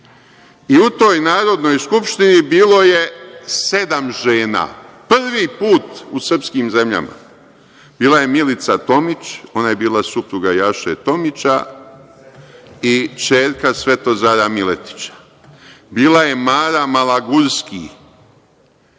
I u toj Narodnoj skupštini bilo je sedam žena, prvi put u srpskim zemljama bila je Milica Tomić, ona je bila supruga Jaše Tomića i ćerka Svetozara Miletića. Bila je Mara Malagurski,